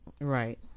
right